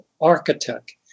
architect